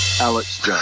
Alex